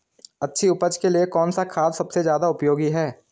अच्छी उपज के लिए कौन सा खाद सबसे ज़्यादा उपयोगी है?